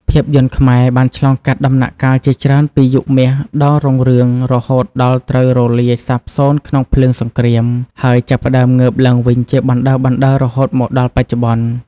ភាពយន្តខ្មែរបានឆ្លងកាត់ដំណាក់កាលជាច្រើនពីយុគមាសដ៏រុងរឿង រហូតដល់ត្រូវរលាយសាបសូន្យក្នុងភ្លើងសង្គ្រាម ហើយចាប់ផ្ដើមងើបឡើងវិញជាបណ្ដើរៗរហូតមកដល់បច្ចុប្បន្ន។